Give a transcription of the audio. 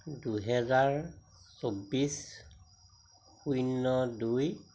দুহেজাৰ চৌবিছ শূন্য দুই